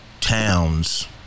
towns